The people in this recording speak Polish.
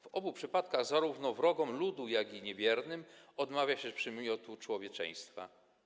W obu przypadkach zarówno wrogom ludu, jak i niewiernym odmawia się przymiotu człowieczeństwa.